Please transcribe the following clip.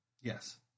Yes